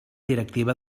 directiva